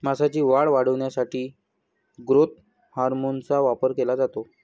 मांसाची वाढ वाढवण्यासाठी ग्रोथ हार्मोनचा वापर केला जातो